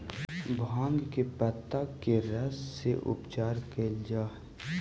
भाँग के पतत्ता के रस से उपचार कैल जा हइ